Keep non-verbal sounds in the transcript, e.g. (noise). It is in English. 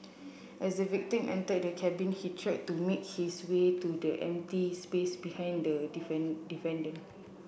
as the victim entered the cabin he tried to make his way to the empty space behind the (unintelligible) defendant